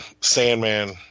Sandman